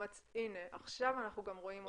הינה, עכשיו אנחנו גם רואים אותך.